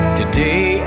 today